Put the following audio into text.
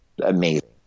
amazing